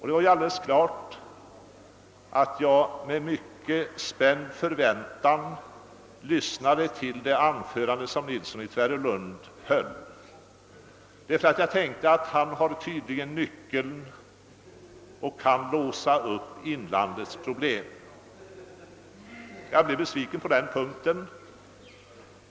Det är alldeles klart att jag därför med mycket spänd förväntan hörde på det anförande som herr Nilsson i Tvärålund höll, eftersom jag tänkte att han tydligen hade nyckeln till inlandets problem. Jag blev besviken på den punkten.